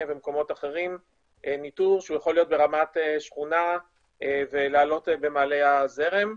ומקומות אחרים ניטור שהוא יכול להיות ברמת שכונה ולעלות במעלה הזרם.